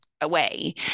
away